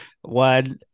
one